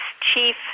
chief